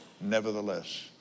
nevertheless